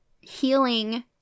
healing